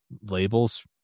labels